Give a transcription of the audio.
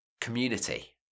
community